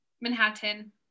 Manhattan